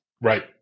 Right